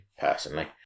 personally